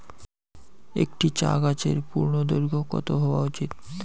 একটি চা গাছের পূর্ণদৈর্ঘ্য কত হওয়া উচিৎ?